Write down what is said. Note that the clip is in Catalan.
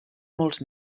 molts